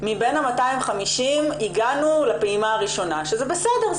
מבין ה-250 מיליון הגענו לפעימה הראשונה שזה בסדר,